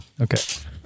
Okay